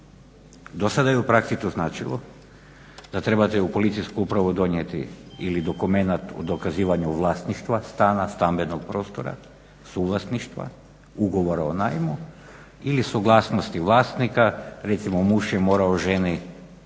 Dosada je u praksi to značilo da trebate u Policijsku upravu donijeti ili dokumenat o dokazivanju vlasništva stana, stambenog prostora, suvlasništva, ugovora o najmu ili suglasnosti vlasnika recimo muž je morao ženi ako